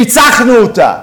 ניצחנו בה.